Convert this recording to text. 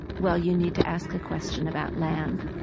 well, you need to ask a question about land.